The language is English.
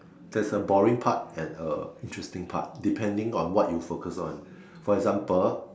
there's a boring part and a interesting part depending on what you focus on for example